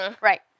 right